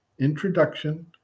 Introduction